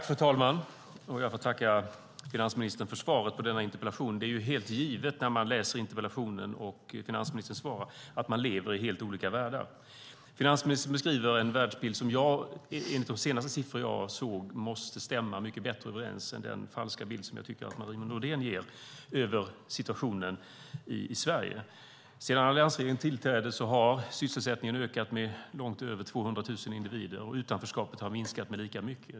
Fru talman! Jag får tacka finansministern för svaret på denna interpellation. Vid läsning av interpellationen och finansministerns svar är det helt givet att man lever i helt olika världar. Finansministern beskriver en världsbild som jag enligt de senaste siffror som jag såg måste stämma mycket bättre överens med verkligheten än den falska bild som jag tycker att Marie Nordén ger av situationen i Sverige. Sedan alliansregeringen tillträdde har sysselsättningen ökat med långt över 200 000 individer, och utanförskapet har minskat med lika mycket.